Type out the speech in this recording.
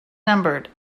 numbered